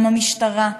גם המשטרה,